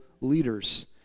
leaders